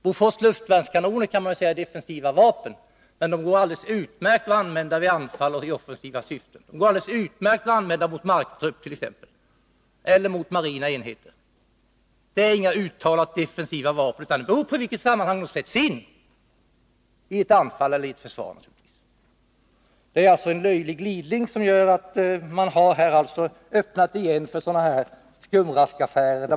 Bofors luftvärnskanoner kan man ju säga är defensiva vapen, men det går alldeles utmärkt att använda dem vid anfall och i offensiva syften. Det går alldeles utmärkt att använda dem mot t.ex. marktrupp eller mot marina enheter. De är inga uttalat defensiva vapen, utan det beror på i vilket sammanhang de sätts in — i ett anfall eller i försvar. Detta är en löjlig glidning, som gör att man här har öppnat möjligheter för skumraskaffärer.